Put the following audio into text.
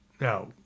Now